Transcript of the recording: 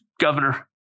governor